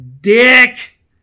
dick